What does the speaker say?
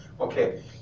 okay